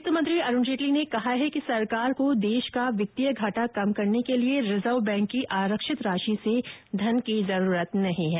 वित्त मंत्री अरुण जेटली ने कहा है कि सरकार को देश का वित्तीय घाटा कम करने के लिए रिजर्व बैंक की आरक्षित राशि से धन की जरूरत नहीं है